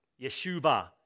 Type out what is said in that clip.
Yeshua